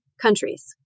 countries